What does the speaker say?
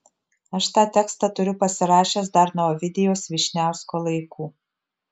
aš tą tekstą turiu pasirašęs dar nuo ovidijaus vyšniausko laikų